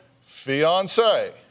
fiance